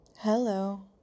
Hello